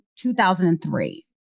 2003